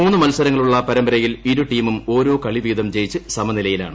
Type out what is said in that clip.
മൂന്ന് മത്സരങ്ങളുള്ള പരമ്പരയിൽ ഇരു ടീമും ഓരോ കളി വീതം ജയിച്ച് സമനിലയിലാണ്